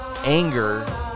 anger